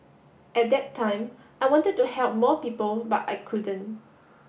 at that time I wanted to help more people but I couldn't